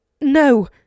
No